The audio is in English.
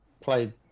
played